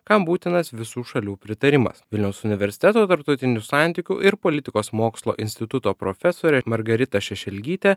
kam būtinas visų šalių pritarimas vilniaus universiteto tarptautinių santykių ir politikos mokslų instituto profesorė margarita šešelgytė